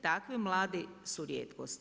Takvi mladi su rijetkost.